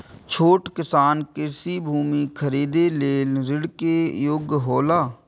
छोट किसान कृषि भूमि खरीदे लेल ऋण के योग्य हौला?